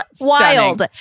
wild